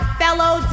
fellow